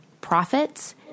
profits